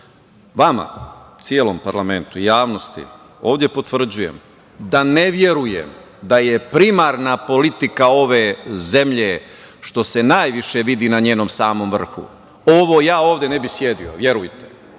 kazao. Vama, celom parlamentu, javnosti, ovde potvrđujem, da ne verujem da je primarna politika ove zemlje, što se najviše vidi na njenom samom vrhu, ovo, ja ovde ne bih sedeo. Dakle,